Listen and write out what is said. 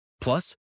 Plus